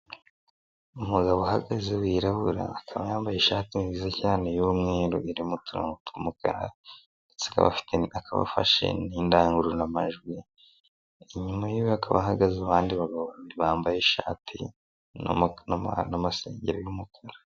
Umugabo uhagaze wirabura akaba yambaye ishati nziza cyane y'umweru irimo uturongo tw'umukara ndetse akaba afashe n'indangururamajwi inyuma yiwe hakaba hahagaze abandi bagabo babiri bambaye ishati n'amasengeri y'umukara.